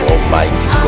Almighty